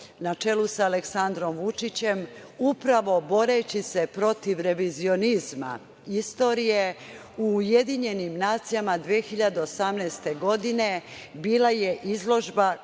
na čelu sa Aleksandrom Vučićem, upravo boreći se protiv revizionizma istorije, u Ujedinjenim nacijama 2018. godine bila je izložba